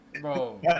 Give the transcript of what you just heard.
Bro